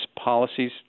policies